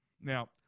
Now